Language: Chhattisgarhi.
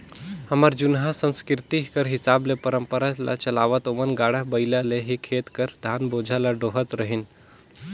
हमर जुनहा संसकिरती कर हिसाब ले परंपरा ल चलावत ओमन गाड़ा बइला ले ही खेत कर धान बोझा ल डोहत रहिन